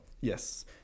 Yes